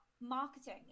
marketing